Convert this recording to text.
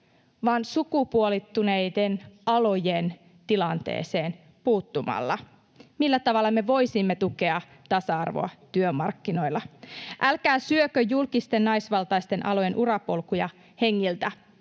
vaan sukupuolittuneiden alojen tilanteeseen puuttumalla. Millä tavalla me voisimme tukea tasa-arvoa työmarkkinoilla? Älkää syökö julkisten naisvaltaisten alojen urapolkuja hengiltä.